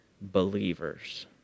believers